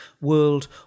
World